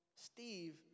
Steve